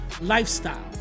lifestyle